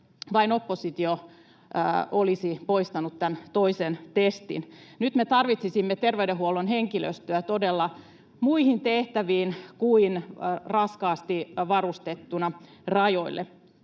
Vain oppositio olisi poistanut tämän toisen testin. Nyt me tarvitsisimme terveydenhuollon henkilöstöä todella muihin tehtäviin kuin raskaasti varustettuna rajoille.